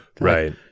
right